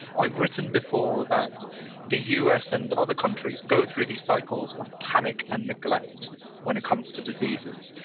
i've written before that the us and other countries go through these cycles of panic and neglect when it comes to diseases.